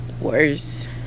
worse